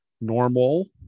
normal